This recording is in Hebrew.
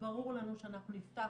ברור לנו שאנחנו נפתח